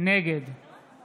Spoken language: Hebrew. נגד עמיחי